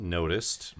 noticed